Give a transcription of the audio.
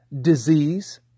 disease